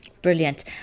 brilliant